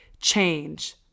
change